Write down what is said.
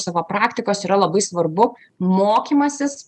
savo praktikos yra labai svarbu mokymasis